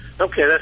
Okay